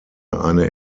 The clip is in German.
eine